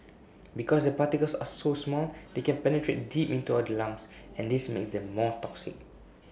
because the particles are so small they can penetrate deep into all the lungs and this makes them more toxic